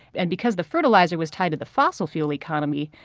and because the fertilizer was tied to the fossil fuel economy,